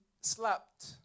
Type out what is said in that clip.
slapped